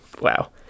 Wow